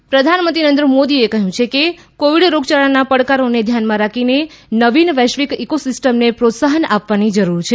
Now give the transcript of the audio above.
પ્રધાનમંત્રી ડિઝસ્ટર પ્રધાનમંત્રી નરેન્દ્ર મોદીએ કહ્યું છે કે કોવિડ રોગયાળાના પડકારોને ધ્યાનમાં રાખીને નવીન વૈશ્વિક ઇકોસિસ્ટમને પ્રોત્સાહન આપવાની જરૂર છે